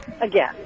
again